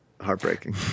heartbreaking